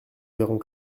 verrons